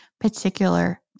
particular